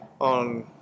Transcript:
on